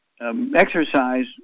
Exercise